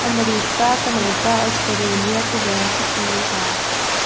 America Canada Australia Kuwait Iraq